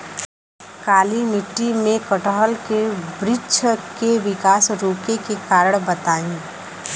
काली मिट्टी में कटहल के बृच्छ के विकास रुके के कारण बताई?